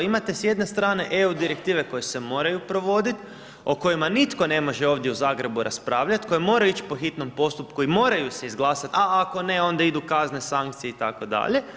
Imate s jedne strane EU Direktive koje se moraju provodit, o kojima nitko ne može ovdje u Zagrebu raspravljat, koji mora ić po hitnom postupku i moraju se izglasat, a ako ne, onda idu kazne, sankcije itd.